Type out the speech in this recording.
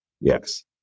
Yes